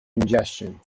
ingestion